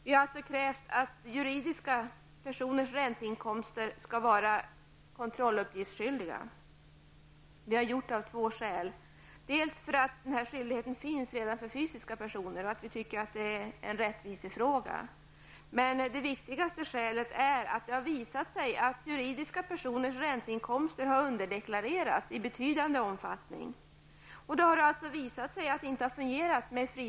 Vi har alltså krävt kontrolluppgiftsskyldighet vid juridiska personers ränteinkomster. Vi har gjort det av två skäl. Denna skyldighet finns redan för fysiska personer, och vi tycker att det är en rättvisefråga. Det viktigaste skälet är emellertid att det har visat sig att juridiska personers ränteinkomster har underdeklarerats i betydande omfattning. Det har visat sig att frivillighet inte har fungerat.